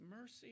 mercy